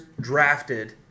drafted